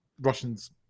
Russians